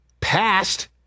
passed